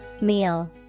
meal